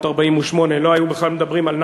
ב-1948 לא היו בכלל מדברים על נכבה.